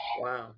Wow